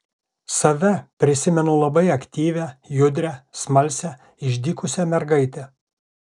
save prisimenu labai aktyvią judrią smalsią išdykusią mergaitę